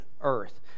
earth